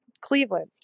Cleveland